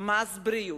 מס בריאות,